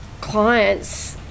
clients